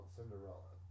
Cinderella